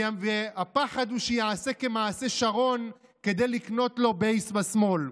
והפחד הוא שיעשה כמעשה שרון כדי לקנות לו בייס בשמאל.